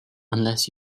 unless